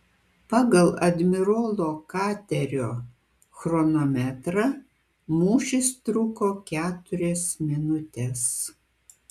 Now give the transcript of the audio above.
pagal admirolo katerio chronometrą mūšis truko keturias minutes